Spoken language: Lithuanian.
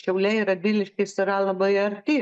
šiauliai radviliškis yra labai arti